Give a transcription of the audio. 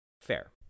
fair